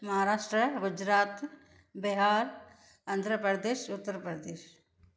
Maharashtra Gujarat Bihar Andhra Pradesh Uttar Pradesh